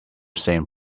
same